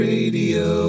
Radio